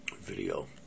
video